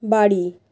বাড়ি